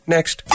next